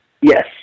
Yes